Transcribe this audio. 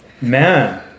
Man